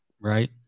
right